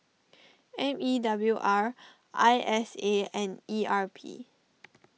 M E W R I S A and E R P